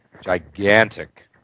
gigantic